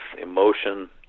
emotion